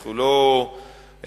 אנחנו לא מתעלמים,